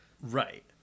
Right